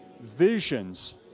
visions